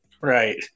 Right